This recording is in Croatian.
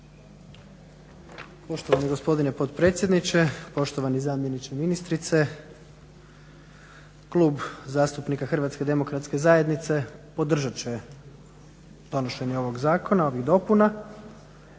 Poštovani gospodine potpredsjedniče, poštovani zamjeniče ministrice. Klub zastupnika HDZ-a podržat će donošenje ovog zakona ovih dopuna.